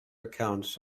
accounts